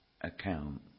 account